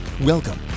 Welcome